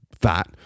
fat